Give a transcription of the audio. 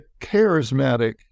charismatic